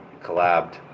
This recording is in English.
collabed